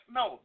no